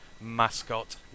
mascot